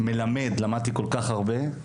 ומלמד, למדתי כל-כך הרבה.